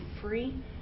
free